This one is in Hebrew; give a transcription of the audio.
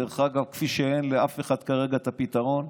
דרך אגב, כפי שאין לאף אחד כרגע את הפתרון.